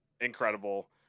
Incredible